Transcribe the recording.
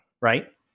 right